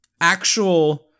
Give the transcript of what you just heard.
actual